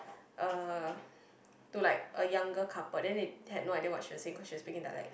uh to like a younger couple then they had no idea what she was saying cause she was speaking dialect